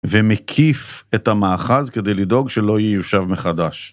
ומקיף את המאחז כדי לדאוג שלא יהיה יושב מחדש.